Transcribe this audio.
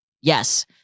Yes